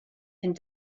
and